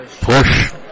Push